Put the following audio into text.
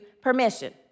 permission